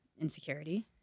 insecurity